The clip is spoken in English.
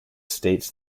states